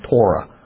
Torah